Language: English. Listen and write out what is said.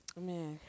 Man